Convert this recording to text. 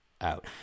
out